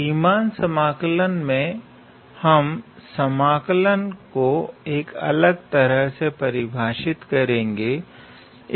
Riemann समाकल मे हम समाकलन को एक अलग तरह से परिभाषित करेंगे